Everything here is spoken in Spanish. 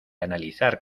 analizar